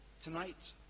Tonight